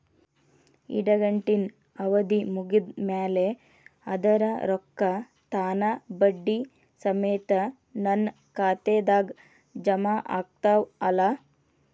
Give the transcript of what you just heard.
ಇಡಗಂಟಿನ್ ಅವಧಿ ಮುಗದ್ ಮ್ಯಾಲೆ ಅದರ ರೊಕ್ಕಾ ತಾನ ಬಡ್ಡಿ ಸಮೇತ ನನ್ನ ಖಾತೆದಾಗ್ ಜಮಾ ಆಗ್ತಾವ್ ಅಲಾ?